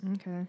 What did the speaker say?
Okay